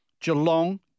Geelong